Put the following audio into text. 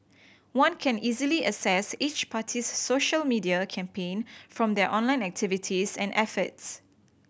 one can easily assess each party's social media campaign from their online activities and efforts